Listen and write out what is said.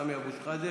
סמי אבו שחאדה,